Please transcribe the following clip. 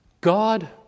God